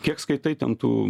kiek skaitai ten tų